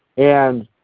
and